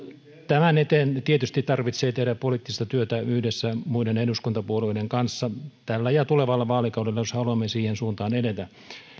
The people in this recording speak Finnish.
tämän eteen tietysti tarvitsee tehdä poliittista työtä yhdessä muiden eduskuntapuolueiden kanssa tällä ja tulevalla vaalikaudella jos haluamme siihen suuntaan edetä